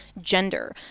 gender